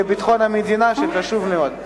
לביטחון המדינה, שהם חשובים מאוד.